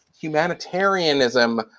humanitarianism